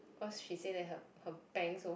cause she say that her her bank so